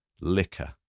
liquor